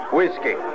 Whiskey